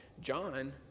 John